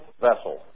vessel